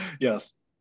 Yes